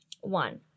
One